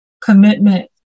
commitment